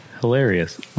Hilarious